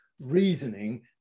reasoning